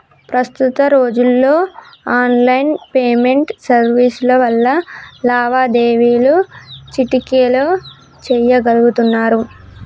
ప్రస్తుత రోజుల్లో online payment సర్వీసుల వల్ల లావాదేవీలు చిటికెలో చెయ్యగలుతున్నరు